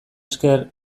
esker